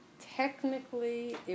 Technically